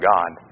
God